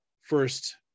first